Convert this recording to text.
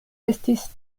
estis